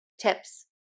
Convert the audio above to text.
tips –